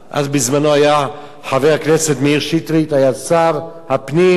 בזמנו חבר הכנסת מאיר שטרית היה שר הפנים,